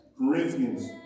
Corinthians